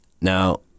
now